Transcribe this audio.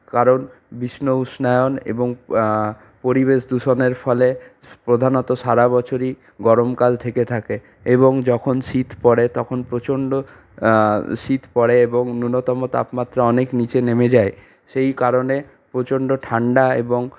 কারণ বিষ্ণ উষ্ণায়ন এবং পরিবেশ দূষণের ফলে প্রধানত সারা বছরই গরমকাল থেকে থাকে এবং যখন শীত পড়ে তখন প্রচণ্ড শীত পড়ে এবং ন্যূনতম তাপমাত্রা অনেক নিচে নেমে যায় সেই কারণে প্রচণ্ড ঠান্ডা এবং